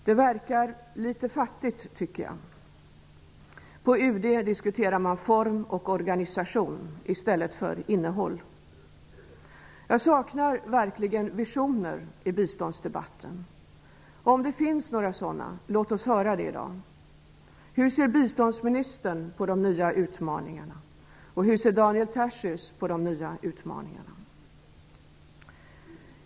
Det verkar litet fattigt, tycker jag. På UD diskuterar man form och organisation i stället för innehåll. Jag saknar verkligen visioner i biståndsdebatten. Om det finns några sådana -- låt oss höra det i dag! Hur ser biståndsministern på de nya utmaningarna? Hur ser Daniel Tarschys på de nya utmaningarna?